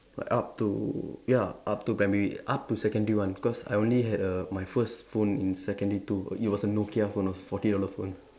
like up to ya up to primary up to secondary one cause I only had a my first phone in secondary two it was a Nokia phone a forty dollar phone